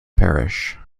parish